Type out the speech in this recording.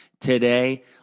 today